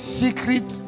secret